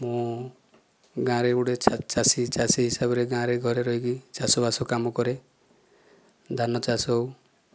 ମୁଁ ଗାଁରେ ଗୋଟିଏ ଚାଷୀ ଚାଷୀ ହିସାବରେ ଗାଁରେ ଘରେ ରହିକି ଚାଷବାସ କାମ କରେ ଧାନ ଚାଷ